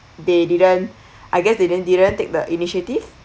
they didn't I guess they didn't didn't take the initiative